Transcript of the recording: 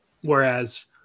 Whereas